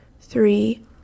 three